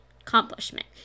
accomplishment